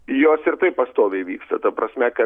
jos ir taip pastoviai vyksta ta prasme kad